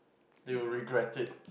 they will regret it